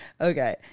okay